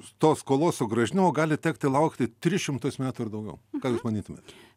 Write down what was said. tos skolos sugrąžinimo gali tekti laukti tris šimtus metų ir daugiau ką jūs manytumėt